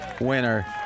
winner